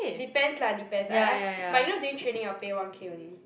depends lah depends I ask but you know during training your pay one K only